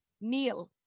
Kneel